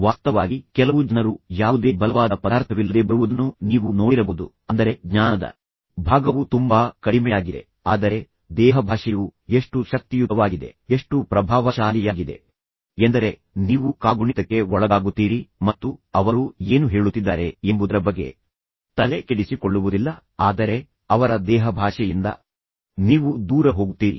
ವಾಸ್ತವವಾಗಿ ಕೆಲವು ಜನರು ಯಾವುದೇ ಬಲವಾದ ಪದಾರ್ಥವಿಲ್ಲದೆ ಬರುವುದನ್ನು ನೀವು ನೋಡಿರಬಹುದು ಅಂದರೆ ಜ್ಞಾನದ ಭಾಗವು ತುಂಬಾ ಕಡಿಮೆಯಾಗಿದೆ ಆದರೆ ದೇಹಭಾಷೆಯು ಎಷ್ಟು ಶಕ್ತಿಯುತವಾಗಿದೆ ಎಷ್ಟು ಆಸಕ್ತಿದಾಯಕವಾಗಿದೆ ಎಷ್ಟು ಪ್ರಭಾವಶಾಲಿಯಾಗಿದೆ ಎಂದರೆ ನೀವು ಕಾಗುಣಿತಕ್ಕೆ ಒಳಗಾಗುತ್ತೀರಿ ಮತ್ತು ನಂತರ ಅವರು ಏನು ಹೇಳುತ್ತಿದ್ದಾರೆ ಎಂಬುದರ ಬಗ್ಗೆ ನೀವು ತಲೆಕೆಡಿಸಿಕೊಳ್ಳುವುದಿಲ್ಲ ಆದರೆ ಅವರ ದೇಹಭಾಷೆಯಿಂದ ನೀವು ದೂರ ಹೋಗುತ್ತೀರಿ